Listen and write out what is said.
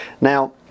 Now